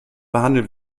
behandeln